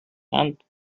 sand